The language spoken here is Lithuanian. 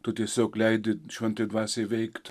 tu tiesiog leidi šventajai dvasiai veikt